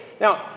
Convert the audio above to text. Now